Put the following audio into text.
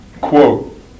Quote